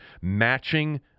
matching